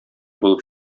булып